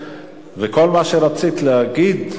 וכל מה שרצית להגיד,